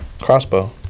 Crossbow